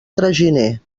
traginer